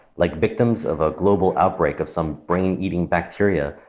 like victims of a global outbreak of some brain-eating bacteria,